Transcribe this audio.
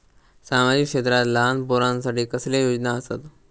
सामाजिक क्षेत्रांत लहान पोरानसाठी कसले योजना आसत?